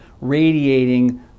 radiating